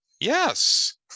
yes